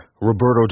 Roberto